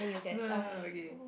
no no no okay